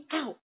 out